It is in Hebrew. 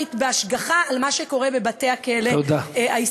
פרלמנטרית בהשגחה על מה שקורה בבתי-הכלא הישראליים.